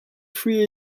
free